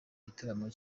gitaramo